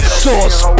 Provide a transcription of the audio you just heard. sauce